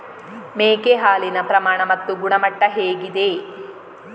ಮೇಕೆ ಹಾಲಿನ ಪ್ರಮಾಣ ಮತ್ತು ಗುಣಮಟ್ಟ ಹೇಗಿದೆ?